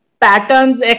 patterns